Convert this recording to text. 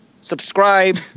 subscribe